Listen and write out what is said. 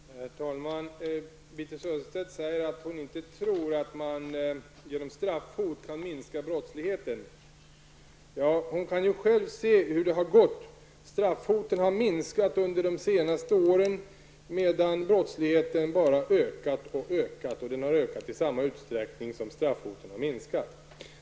Herr talman! Birthe Sörestedt säger att hon inte tror att det går att minska brottsligheten genom straffhot. Ja, Birthe Sörestedt kan ju själv se hur det har gått. Under de senaste åren har straffhoten minskat. Men då har brottsligheten också ökat.